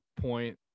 point